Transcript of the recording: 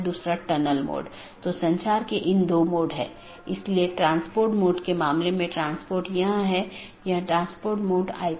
यहाँ दो प्रकार के पड़ोसी हो सकते हैं एक ऑटॉनमस सिस्टमों के भीतर के पड़ोसी और दूसरा ऑटॉनमस सिस्टमों के पड़ोसी